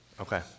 Okay